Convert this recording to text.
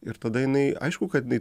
ir tada jinai aišku kad jinai